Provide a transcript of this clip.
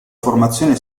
formazione